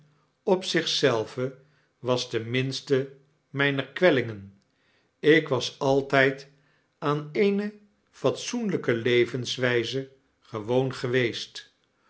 op zich zelve was de minste mijner kwellingen ik was altijd aan eene fatsoenlijke levenswijze gewoongeweest